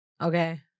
okay